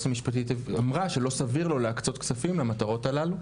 המשפטית אמרה שלא סביר לא להקצות כספם למטרות הללו?